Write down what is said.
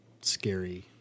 scary